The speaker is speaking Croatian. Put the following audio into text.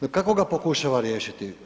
No, kako ga pokušava riješiti?